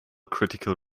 critical